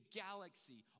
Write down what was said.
galaxy